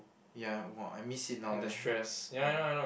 ya !wah! I miss it now eh ya